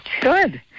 Good